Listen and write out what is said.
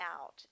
out